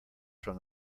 from